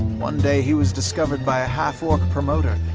one day he was discovered by a half-orc promoter,